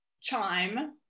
chime